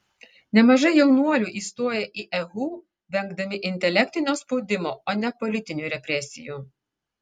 nemažai jaunuolių įstojo į ehu vengdami intelektinio spaudimo o ne politinių represijų